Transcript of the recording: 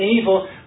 evil